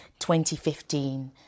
2015